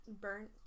burnt